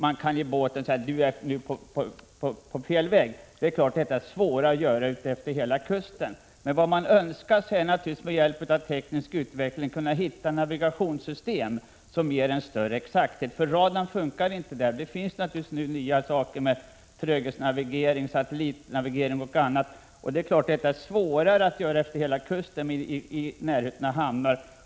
Man kan till båten säga: Du är på fel väg. Det är klart att detta är svårare att göra utefter hela kusten, men vad vi önskar är naturligtvis att få hjälp av teknisk utveckling, kunna hitta navigationssystem som ger en större exakthet. Det finns naturligtvis nu nya saker som tröghetsnavigering, satellitnavigering och annat. Det är klart att dessa system är svårare att ordna utefter hela kusten än i närheten av hamnar.